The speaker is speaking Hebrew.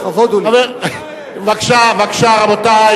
רבותי,